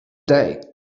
day